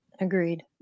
Agreed